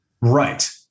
Right